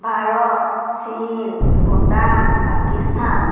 ভাৰত চীন ভূটান পাকিস্তান